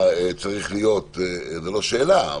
זאת לא שאלה,